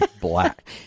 black